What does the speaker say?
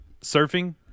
surfing